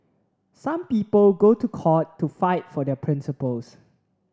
some people go to court to fight for their principles